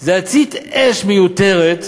זה יצית אש מיותרת,